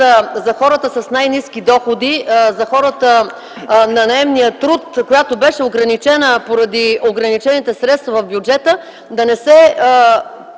за хората с най-ниски доходи, за хората на наемния труд, която беше ограничена поради ограничените средства в бюджета, да не се